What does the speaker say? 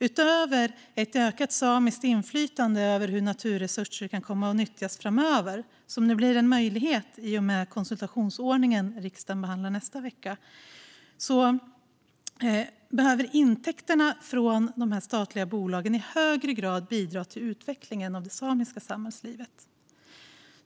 Utöver att samerna ges ökat inflytande över hur naturresurserna nyttjas framöver - vilket nu blir möjligt i och med konsultationsordningen som riksdagen beslutar om nästa vecka - behöver intäkter från de statliga bolagen i högre grad bidra till utveckling av det samiska samhällslivet.